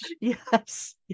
Yes